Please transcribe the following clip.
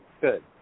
good